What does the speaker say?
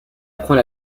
apprend